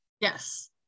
Yes